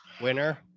Winner